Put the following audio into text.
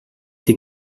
die